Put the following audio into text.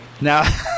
Now